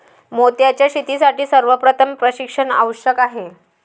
मोत्यांच्या शेतीसाठी सर्वप्रथम प्रशिक्षण आवश्यक आहे